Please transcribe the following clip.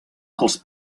els